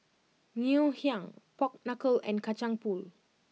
Ngoh Hiang Pork Knuckle and Kacang Pool